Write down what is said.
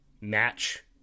match